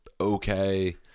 okay